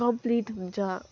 complete हुन्छ